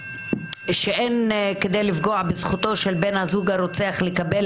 ש"אין כדי לפגוע בזכותו של בן הזוג הרוצח לקבל